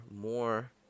more